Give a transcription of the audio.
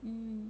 mm